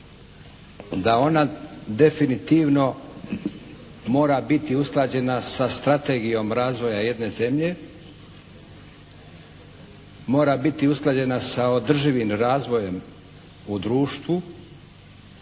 Da ona definitivno mora biti usklađena sa strategijom razvoja jedne zemlje. Mora biti usklađena sa održivim razvojem u društvu.